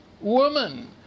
woman